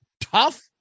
tough